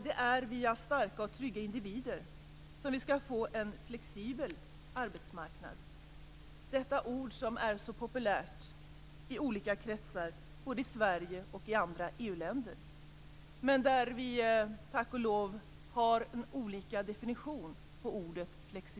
Det är via starka och trygga individer som vi skall få en flexibel arbetsmarknad. Ordet flexibilitet är ju så populärt i olika kretsar, både i Sverige och i andra EU-länder, men vi har tack och lov olika definitioner på ordet.